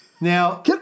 Now